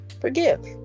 Forgive